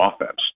offense